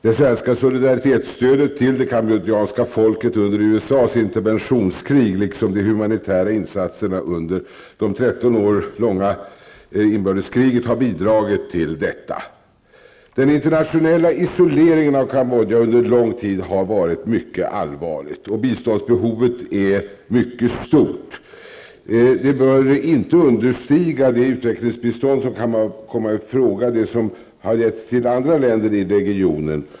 Det svenska solidaritetsstödet till cambodjanska folket under USAs interventionskrig, liksom de humanitära insatserna under det 13 år långa inbördeskriget, har bidragit till detta. Den långa internationella isoleringen av Cambodja har varit mycket allvarlig. Biståndsbehovet är mycket stort. Biståndet bör inte understiga det utvecklingsbistånd som kan komma i fråga för andra länder i regionen.